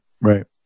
right